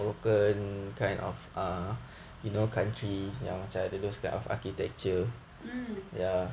mm